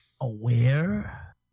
aware